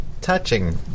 touching